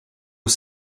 aux